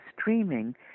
streaming